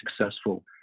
successful